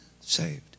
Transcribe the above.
saved